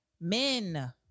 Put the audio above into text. men